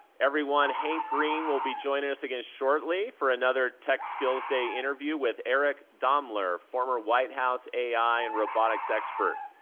everyone, hank green will be joining us again shortly for another tech skills day interview with eric daimler, former white house ai and robotics expert.